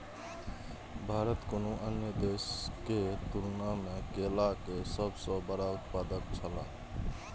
भारत कुनू अन्य देश के तुलना में केला के सब सॉ बड़ा उत्पादक छला